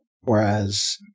whereas